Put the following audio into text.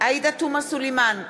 עאידה תומא סלימאן,